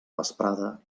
vesprada